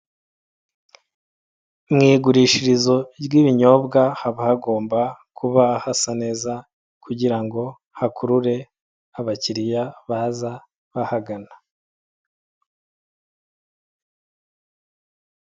Mu igurishirizo ry'ibinyobwa, haba hagomba kuba hasa neza kugira ngo hakurure abakiriya, baza bahagana.